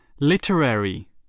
Literary